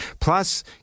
Plus